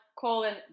colon